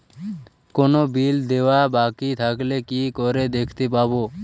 কোনো বিল দেওয়া বাকী থাকলে কি করে দেখতে পাবো?